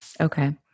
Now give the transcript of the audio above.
Okay